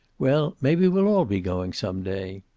well, maybe we'll all be going some day.